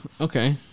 Okay